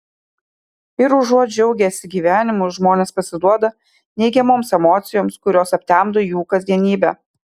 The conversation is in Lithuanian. ir užuot džiaugęsi gyvenimu žmonės pasiduoda neigiamoms emocijoms kurios aptemdo jų kasdienybę